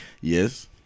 yes